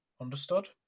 Understood